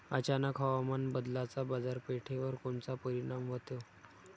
अचानक हवामान बदलाचा बाजारपेठेवर कोनचा परिणाम होतो?